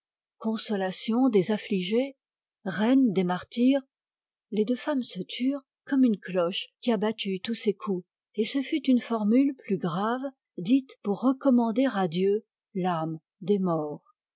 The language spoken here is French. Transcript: consolatrice des affligés reine des martyrs les deux femmes se turent comme une cloche qui a battu tous ses coups et ce fut une formule plus grave dite pour recommander à dieu l'âme des morts